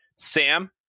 Sam